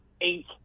eight